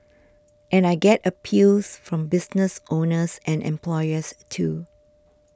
and I get appeals from business owners and employers too